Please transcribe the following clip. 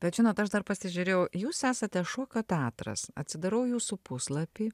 bet žinot aš dar pasižiūrėjau jūs esate šokio teatras atsidarau jūsų puslapį